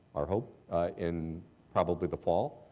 our hope in probably the fall,